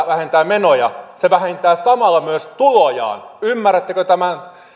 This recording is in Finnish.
vähentää menoja se vähentää samalla myös tulojaan ymmärrättekö tämän